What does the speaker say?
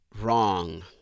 wrong